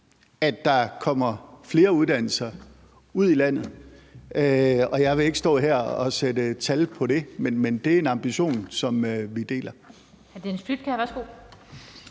at der kommer flere uddannelser ud i landet. Jeg vil ikke stå her og sætte tal på det, men det er en ambition, som vi deler.